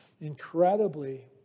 Incredibly